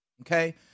okay